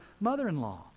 mother-in-law